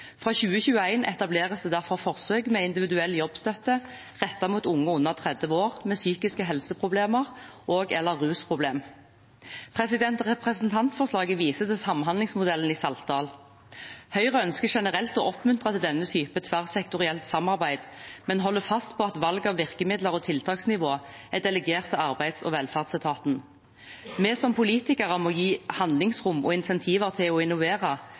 Fra 2021 etableres det derfor forsøk med individuell jobbstøtte rettet mot unge under 30 år med psykiske helseproblemer og/eller rusproblemer. Representantforslaget viser til samhandlingsmodellen i Saltdal. Høyre ønsker generelt å oppmuntre til denne typen tverrsektorielt samarbeid, men holder fast ved at valg av ulike virkemidler og tiltaksnivå er delegert til Arbeids- og velferdsetaten. Vi som politikere må gi handlingsrom og insentiver til å innovere